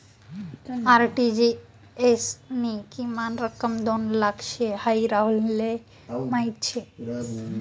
RTGS नी किमान रक्कम दोन लाख शे हाई राहुलले माहीत शे